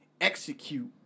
execute